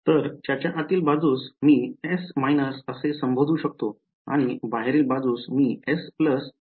तर ज्याच्या आतील बाजूस मी S असे संबोधू शकतो आणि बाहेरील बाजूस मी S असे संबोधू शकतो